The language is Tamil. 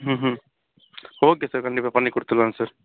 ம் ஹும் ஓகே சார் கண்டிப்பாக பண்ணி கொடுத்துட்லாங்க சார்